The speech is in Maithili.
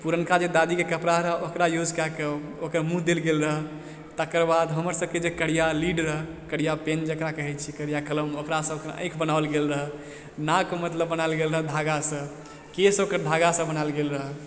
पुरनका जे दादीकऽ कपड़ा रहय ओकरा यूजकऽ के ओकर मुँह देल गेल रहय तकरबाद हमरसभकऽ जॆ करिआ लीड रहय करिआ पेन जेकरा कहैत छियै करिआ कलम ओकरासँ ओकर आँखि बनाओल गेल रहय नाक मतलब बनाओल गेल रहय धागासँ केश ओकर धागसँ बनाओल गेल रहय